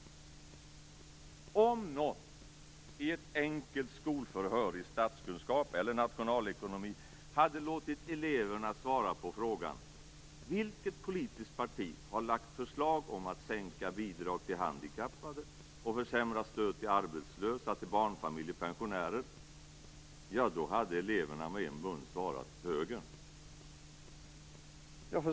Tänk om någon i ett enkelt skolförhör i statskunskap eller nationalekonomi hade låtit eleverna svara på frågan: Vilket politiskt parti har lagt fram förslag om att sänka bidrag till handikappade och försämra stöd till arbetslösa, barnfamiljer och pensionärer? Då hade eleverna med en mun svarat: högern.